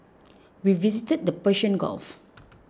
we visited the Persian Gulf